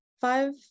five